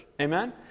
Amen